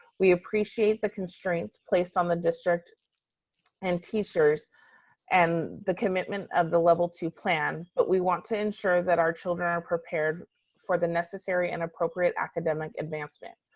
we appreciate the constraints placed on the district and teachers and the commitment of the level two plan but we want to ensure that our children are prepared for the necessary and appropriate academic advancement.